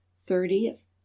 thirtieth